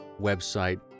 website